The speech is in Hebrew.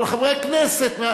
אבל חברי הכנסת,